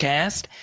Cast